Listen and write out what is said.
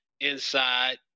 inside